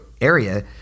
area